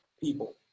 people